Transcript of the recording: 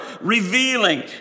revealing